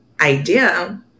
idea